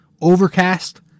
Overcast